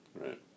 Right